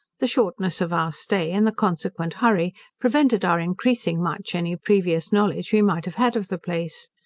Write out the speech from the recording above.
the shortness of our stay, and the consequent hurry, prevented our increasing much any previous knowledge we might have had of the place.